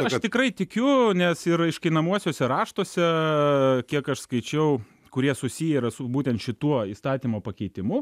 aš tikrai tikiu nes ir aiškinamuosiuose raštuose kiek aš skaičiau kurie susiję yra su būtent šituo įstatymo pakeitimu